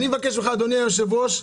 אדוני היושב-ראש,